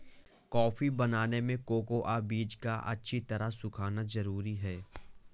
coffee बनाने में cocoa बीज का अच्छी तरह सुखना जरूरी है